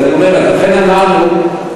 אז לכן אמרנו,